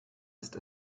ist